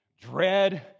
dread